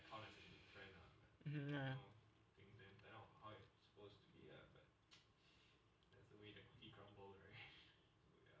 mmhmm ya